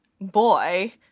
boy